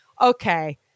okay